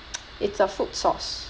it's a food source